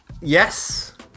Yes